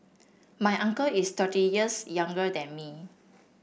my uncle is thirty years younger than me